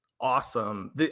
awesome